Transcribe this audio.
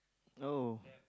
oh